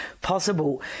possible